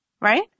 right